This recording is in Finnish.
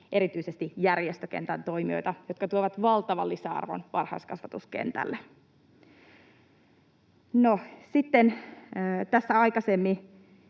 erityisesti järjestökentän toimijoita, jotka tuovat valtavan lisäarvon varhaiskasvatuskentälle. No sitten tässä aikaisemmin